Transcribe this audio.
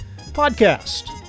podcast